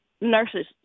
nurses